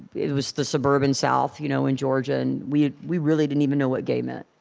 it was the suburban south you know in georgia. and we we really didn't even know what gay meant.